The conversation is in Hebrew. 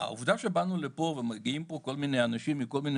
העובדה שבאנו לפה ומגיעים לפה כל מיני אנשים מכל מיני